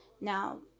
Now